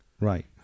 right